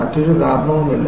മറ്റൊരു കാരണവുമില്ല